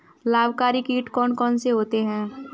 लाभकारी कीट कौन कौन से होते हैं?